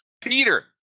Peter